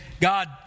God